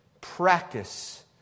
Practice